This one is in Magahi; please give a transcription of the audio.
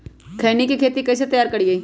खैनी के खेत कइसे तैयार करिए?